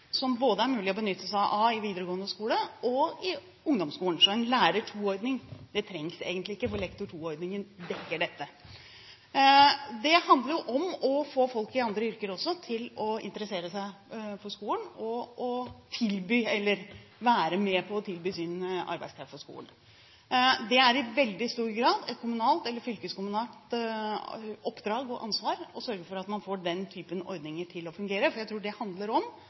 av både i videregående skole og i ungdomsskolen. Så en Lærer 2-ordning trengs egentlig ikke, for Lektor 2-ordningen dekker dette. Det handler om å få folk i andre yrker også til å interessere seg for skolen og være med på å tilby sin arbeidskraft til skolen. Det er i veldig stor grad et kommunalt eller fylkeskommunalt oppdrag – og ansvar – å sørge for at man får den typen ordninger til å fungere. Jeg tror det handler om